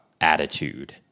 attitude